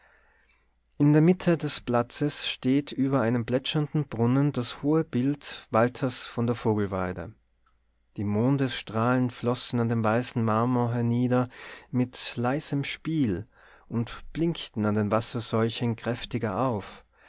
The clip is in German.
in der mitte des platzes steht über einem plätschernden brunnen das hohe bild walters von der vogelweide die mondesstrahlen flossen an dem weißen marmor hernieder mit leisem spiel und blinkten an den wassersäulchen kräftiger auf